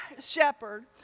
shepherd